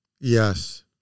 Yes